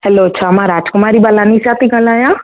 हलो छा मां राजकुमारी बालानी सां थी ॻाल्हायां